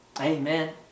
amen